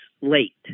late